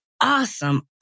awesome